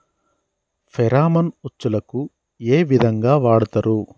Pheromone ఉచ్చులకు ఏ విధంగా వాడుతరు?